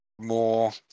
More